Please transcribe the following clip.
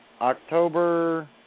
October